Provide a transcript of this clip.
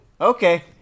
okay